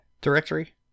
directory